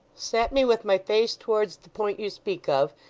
set me with my face towards the point you speak of,